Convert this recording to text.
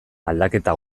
aldaketa